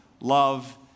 love